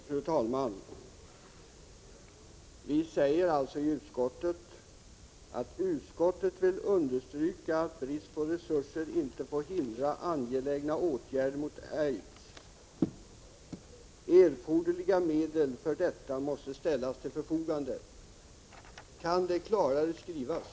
Fru talman! Vi säger i betänkandet: ”Utskottet vill understryka att brist på resurser inte får hindra angelägna åtgärder mot AIDS. —-- Erforderliga medel för detta måste ställas till förfogande.” Kan det skrivas klarare?